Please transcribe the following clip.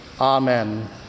Amen